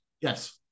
yes